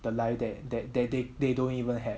the life that that they they they don't even have